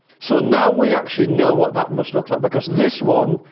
so now we actually know what that must look like, because this one,